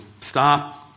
Stop